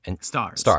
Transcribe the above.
Stars